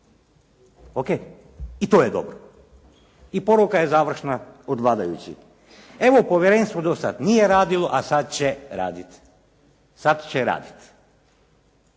Ok, i to je dobro. I poruka je završna od vladajućih: Evo povjerenstvo do sad nije radilo, a sad će radit. Sad će radit